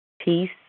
Peace